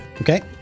Okay